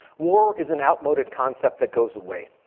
war is an outmoded concept that goes away.